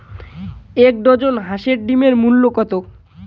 এক ডজন হাঁসের ডিমের মূল্য কত?